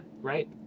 right